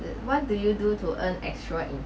what do you do to earn extra income